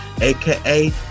aka